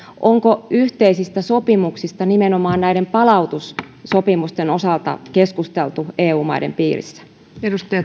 onko yhteisistä sopimuksista nimenomaan näiden palautussopimusten osalta keskusteltu eu maiden piirissä